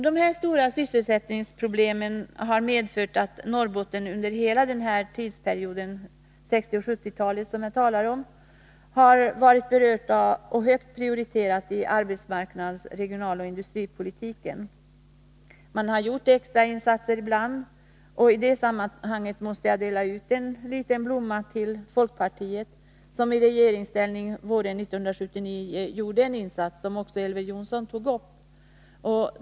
De här stora sysselsättningsproblemen har medfört att Norrbotten under hela den tidsperiod jag berört — 1960 och 1970-talen — har varit högt prioriterat i arbetsmarknads-, regionaloch industripolitiken. Man har gjort extra insatser ibland, och i det sammanhanget måste jag dela ut en liten blomma till folkpartiet, som i regeringsställning våren 1979 gjorde en insats, vilket också Elver Jonsson tog upp.